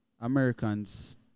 Americans